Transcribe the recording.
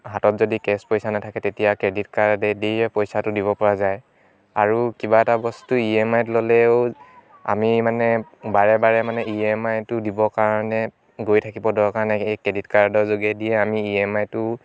হাতত যদি কেচ পইচা নাথাকে তেতিয়া ক্ৰেডিট কাৰ্ডেদিয়ে পইচাটো দিব পৰা যায় আৰু কিবা এটা বস্তু ই এম আইত ল'লেও আমি মানে বাৰে বাৰে মানে ই এম আইটো দিব কাৰণে গৈ থাকিব দৰকাৰ নাই এই ক্ৰেডিট কাৰ্ডৰ যোগেদিয়ে আমি ই এম আইটো